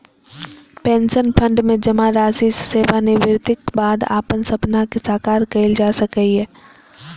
pension fund मे जमा राशि सं सेवानिवृत्तिक बाद अपन सपना कें साकार कैल जा सकैए